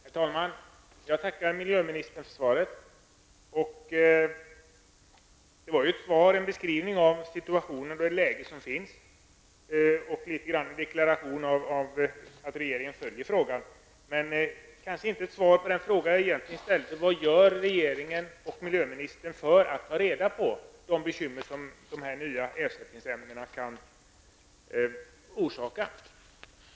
Herr talman! Jag tackar miljöministern för svaret. Det var en beskrivning av situationen och litet grand en deklaration av att regeringen följer frågan. Det kanske inte var ett svar på den fråga som jag egentligen hade ställt: Vad gör regeringen och miljöministern för att ta reda på de bekymmer som de nya ersättningsämnena kan orsaka?